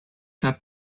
that